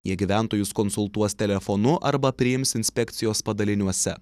jie gyventojus konsultuos telefonu arba priims inspekcijos padaliniuose